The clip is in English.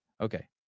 Okay